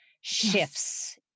shifts